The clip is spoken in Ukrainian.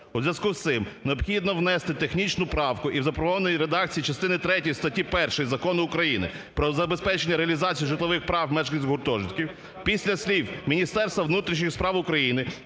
У зв'язку з цим необхідно внести технічну правку і в запропонованій редакції частини третьої статті 1 Закону України про забезпечення реалізацію житлових прав мешканців гуртожитків, після слів "Міністерства внутрішніх справ України"